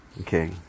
Okay